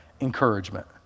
Encouragement